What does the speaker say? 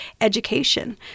education